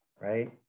Right